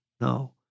No